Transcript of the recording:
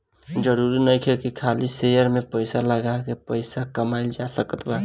जरुरी नइखे की खाली शेयर में पइसा लगा के ही पइसा कमाइल जा सकत बा